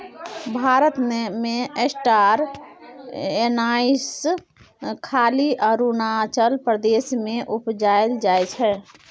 भारत मे star anise खाली अरुणाचल प्रदेश मे उपजाएल जाइ छै